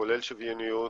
כולל שוויוניות,